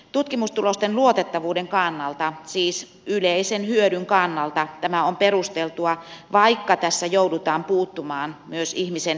tutkimustulosten luotettavuuden kannalta siis yleisen hyödyn kannalta tämä on perusteltua vaikka tässä joudutaan puuttumaan myös ihmisen itsemääräämisoikeuteen